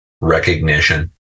recognition